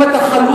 אם אתה חלוד,